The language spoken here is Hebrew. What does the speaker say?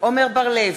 עמר בר-לב,